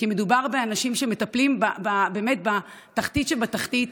כי מדובר באנשים שמטפלים באמת בתחתית שבתחתית,